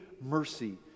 mercy